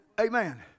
Amen